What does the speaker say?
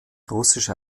russische